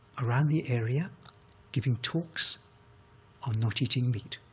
around the area giving talks on not eating meat,